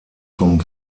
vom